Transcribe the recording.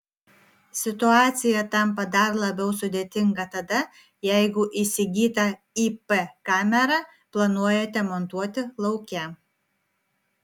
situacija tampa dar labiau sudėtinga tada jeigu įsigytą ip kamerą planuojate montuoti lauke